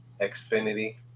Xfinity